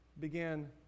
began